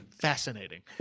fascinating